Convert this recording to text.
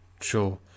sure